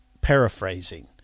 paraphrasing